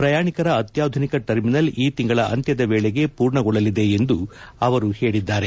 ಪ್ರಯಾಣಿಕರ ಅತ್ಯಾಧುನಿಕ ಟರ್ಮಿನಲ್ ಈ ತಿಂಗಳ ಅಂತ್ಯದ ವೇಳೆಗೆ ಪೂರ್ಣಗೊಳ್ಳಲಿದೆ ಎಂದು ಹೇಳಿದ್ದಾರೆ